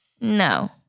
No